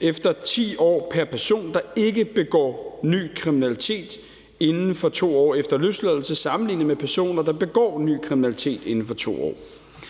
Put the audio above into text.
efter 10 år pr. person, der ikke begår ny kriminalitet inden for 2 år efter løsladelse, sammenlignet med personer, der begår ny kriminalitet inden for 2 år.